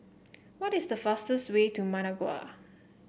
what is the fastest way to Managua